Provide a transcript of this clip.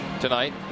tonight